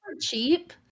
cheap